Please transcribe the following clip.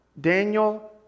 Daniel